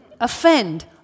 offend